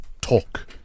talk